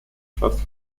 fast